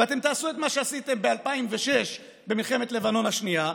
ואתם תעשו את מה שעשיתם ב-2006 במלחמת לבנון השנייה,